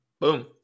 boom